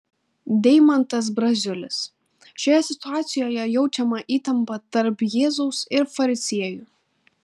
deimantas braziulis šioje situacijoje jaučiama įtampa tarp jėzaus ir fariziejų